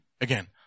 Again